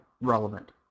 relevant